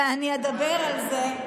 ואני אדבר על זה,